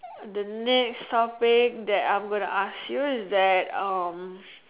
the next topic that I'm going to ask you is that um